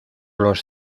los